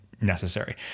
necessary